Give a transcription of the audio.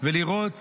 ולראות